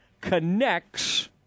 connects